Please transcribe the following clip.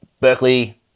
Berkeley